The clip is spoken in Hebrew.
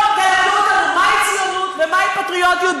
תלמדו אותנו מהי ציונות ומהי פטריוטיות,